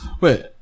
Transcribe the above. Wait